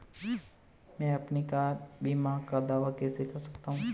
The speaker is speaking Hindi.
मैं अपनी कार बीमा का दावा कैसे कर सकता हूं?